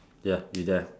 ya you there ah